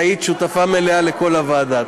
היית שותפה מלאה בוועדה.